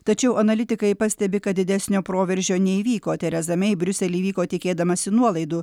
tačiau analitikai pastebi kad didesnio proveržio neįvyko tereza mei į briuselį vyko tikėdamasi nuolaidų